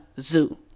zoo